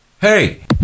Hey